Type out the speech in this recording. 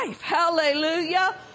Hallelujah